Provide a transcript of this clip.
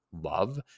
love